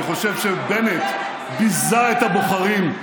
אני חושב שבנט ביזה את הבוחרים,